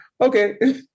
okay